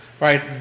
right